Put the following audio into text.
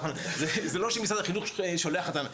זה לא שמשרד החינוך שולח אותם,